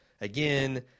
again